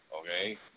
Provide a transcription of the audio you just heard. okay